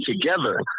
together